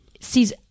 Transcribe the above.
sees